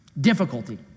Difficulty